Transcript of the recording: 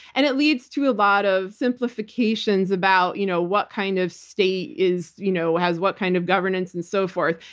and it leads to a lot of simplifications about you know what kind of state you know has what kind of governance and so forth.